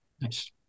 Nice